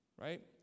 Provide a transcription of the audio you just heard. Right